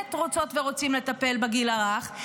באמת רוצות ורוצים לטפל בגיל הרך,